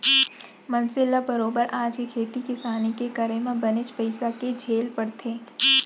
मनसे ल बरोबर आज के खेती किसानी के करे म बनेच पइसा के झेल परथे